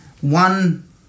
One